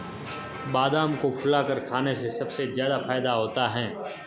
बादाम को फुलाकर खाने से सबसे ज्यादा फ़ायदा होता है